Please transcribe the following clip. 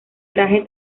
traje